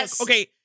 okay